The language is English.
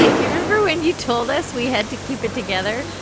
you remember when you told us we had to keep it together.